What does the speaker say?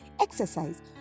Exercise